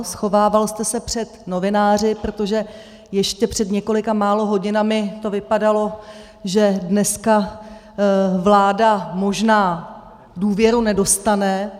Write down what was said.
Schovával jste se před novináři, protože ještě před několika málo hodinami to vypadalo, že dneska vláda možná důvěru nedostane.